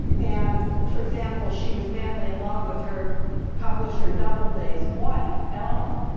and for example, she was madly in love with her publisher doubleday's wife, ellen,